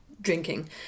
drinking